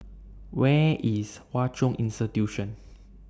Where IS Hwa Chong Institution